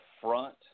front